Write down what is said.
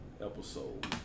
episode